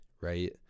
Right